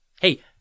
Hey